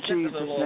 Jesus